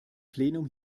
plenum